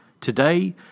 Today